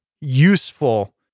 useful